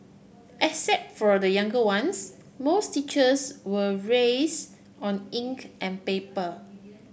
except for the younger ones most teachers were raise on ink and paper